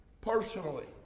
personally